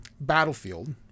battlefield